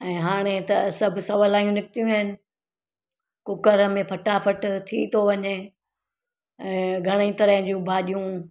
ऐं हाणे त सभु सहुलाइयूं निकितियूं आहिनि कुकर में फटाफट थी थो वञे ऐं घणेई तरह जियूं भाॼियूं